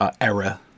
era